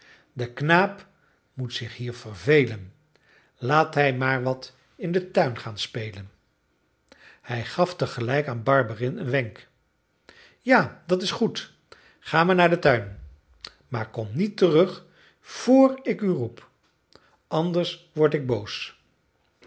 de knaap moet zich hier vervelen laat hij maar wat in den tuin gaan spelen hij gaf te gelijk aan barberin een wenk ja dat is goed ga maar naar den tuin maar kom niet terug vr ik u roep anders word ik boos